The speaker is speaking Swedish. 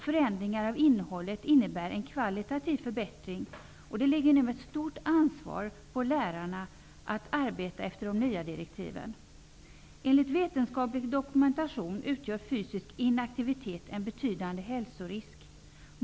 Förändringar av innehållet innebär en kvalitativ förbättring, och det ligger nu ett stort ansvar på lärarna att arbeta efter de nya direktiven. Enligt vetenskaplig dokumentation utgör fysisk inaktivitet en betydande hälsorisk.